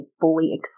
fully